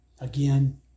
Again